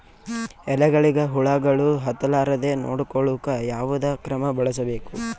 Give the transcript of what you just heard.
ಎಲೆಗಳಿಗ ಹುಳಾಗಳು ಹತಲಾರದೆ ನೊಡಕೊಳುಕ ಯಾವದ ಕ್ರಮ ಬಳಸಬೇಕು?